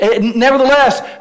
Nevertheless